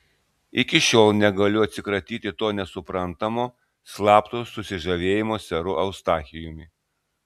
iki šiol negaliu atsikratyti to nesuprantamo slapto susižavėjimo seru eustachijumi